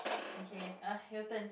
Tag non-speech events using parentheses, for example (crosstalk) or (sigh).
okay (noise) your turn